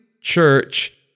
church